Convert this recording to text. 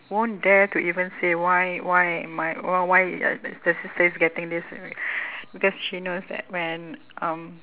won't dare to even say why why my why why the sister is getting this because she knows that when um